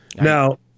Now